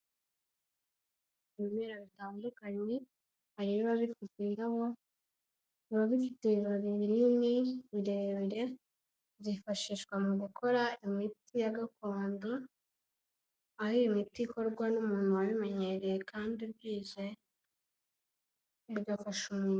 Ibimera bitandukanye, hari ibiba bifite indabo, biba bifite ibibabi binini, birebire, byifashishwa mu gukora imiti ya gakondo, aho iyi imiti ikorwa n'umuntu wabimenyereye kandi ubyize bigafasha umu...